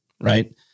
Right